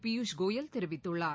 பியூஷ்கோயல் தெிவித்துள்ளார்